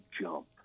jump